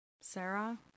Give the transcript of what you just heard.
Sarah